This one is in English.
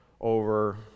over